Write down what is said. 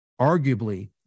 arguably